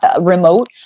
remote